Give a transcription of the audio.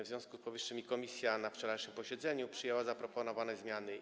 W związku z powyższym komisja na wczorajszym posiedzeniu przyjęła zaproponowane zmiany.